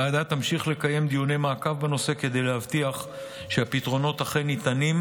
הוועדה תמשיך לקיים דיוני מעקב בנושא כדי להבטיח שהפתרונות אכן ניתנים,